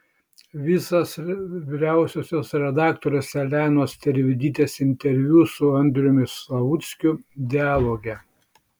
visas vyriausiosios redaktorės elenos tervidytės interviu su andriumi slavuckiu dialoge